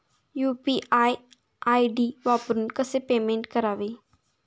UPI ID वापरून कसे payment करावे?